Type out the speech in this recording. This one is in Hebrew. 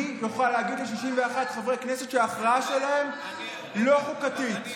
מי יוכל להגיד ל-61 חברי כנסת שההכרעה שלהם היא לא חוקתית.